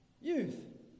youth